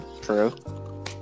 True